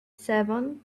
seven